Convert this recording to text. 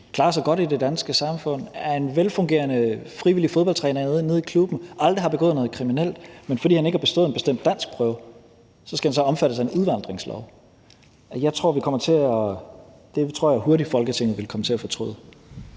klarer sig godt i det danske samfund, er en velfungerende frivillig fodboldtræner nede i klubben, aldrig har begået noget kriminelt, men fordi han ikke har bestået en bestemt danskprøve, skal han så omfattes af en udvandringslov. Det tror jeg hurtigt Folketinget vil komme til at fortryde.